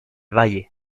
valle